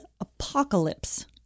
Apocalypse